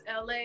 LA